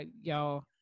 y'all